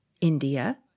India